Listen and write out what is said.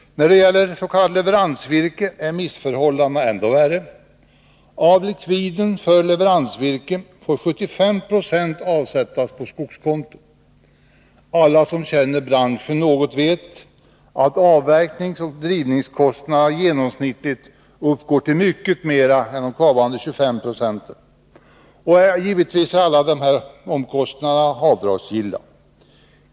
När det gäller s.k. leveransvirke är missförhållandena ännu värre. Av likviden för leveransvirke får 75 90 avsättas på skogskonto. Alla som känner branschen något vet att avverkningsoch drivningskostnaderna genomsnittligt uppgår till mycket mera än kvarvarande 25 76. Dessa kostnader är givetvis avdragsgilla.